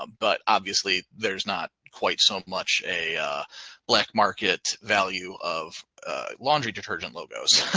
um but obviously there's not quite so much a black market value of laundry detergent logos.